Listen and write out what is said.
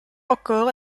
encore